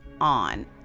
on